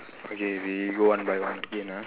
okay we go one by one again ah